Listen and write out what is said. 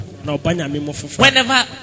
Whenever